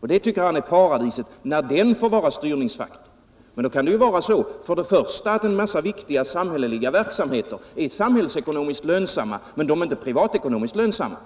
och han tycker att det är paradiset när den får vara styrningsfaktorn. Men det kan ju vara så att en massa viktiga samhälleliga verksamheter är samhällsekonomiskt lönsamma men inte privatekonomiskt lönsamma.